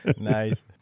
Nice